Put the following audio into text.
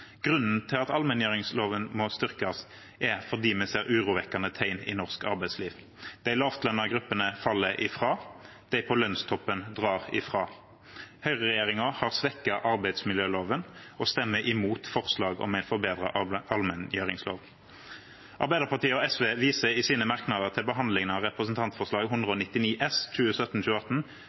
Grunnen til at allmenngjøringsloven må styrkes, er at vi ser urovekkende tegn i norsk arbeidsliv. De lavtlønnede gruppene faller ifra – de på lønnstoppen drar ifra. Høyreregjeringen har svekket arbeidsmiljøloven og stemmer imot forslag om en forbedret allmenngjøringslov. Arbeiderpartiet og SV viser i sine merknader til behandlingen av representantforslag 199 S